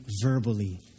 verbally